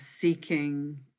seeking